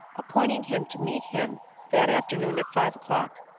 appointing him to meet him that afternoon at five o'clock,